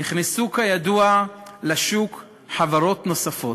נכנסו כידוע לשוק חברות נוספות,